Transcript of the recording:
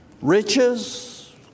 Riches